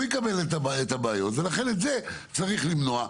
הוא יקבל את הבעיות ולכן את זה צריך למנוע.